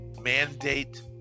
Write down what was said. mandate